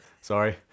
Sorry